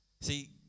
See